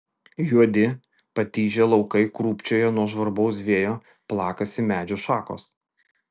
juodi patižę laukai krūpčioja nuo žvarbaus vėjo plakasi medžių šakos